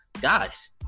guys